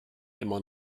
immer